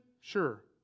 sure